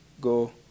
go